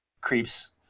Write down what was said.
creeps